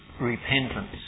repentance